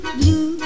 blue